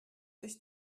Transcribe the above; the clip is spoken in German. sich